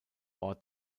ort